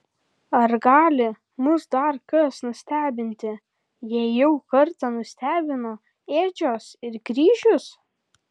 ar gali mus dar kas nustebinti jei jau kartą nustebino ėdžios ir kryžius